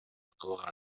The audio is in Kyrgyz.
кылган